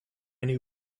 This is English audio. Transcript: knew